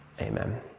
amen